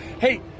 hey